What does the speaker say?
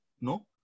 No